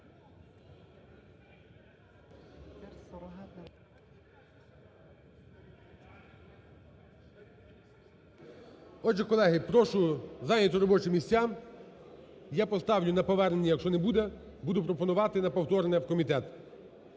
Отже, колеги, прошу зайняти робочі місця. Я поставлю на повернення, якщо не буде, буду пропонувати на повторне в комітет.